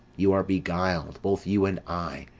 you are beguil'd, both you and i,